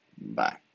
Bye